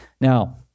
now